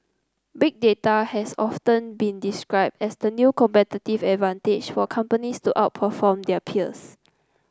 Big Data has often been described as the new competitive advantage for companies to outperform their peers